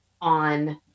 on